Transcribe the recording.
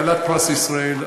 היא כלת פרס ישראל.